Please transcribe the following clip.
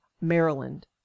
Maryland